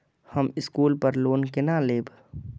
हम स्कूल पर लोन केना लैब?